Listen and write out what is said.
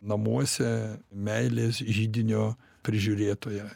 namuose meilės židinio prižiūrėtoja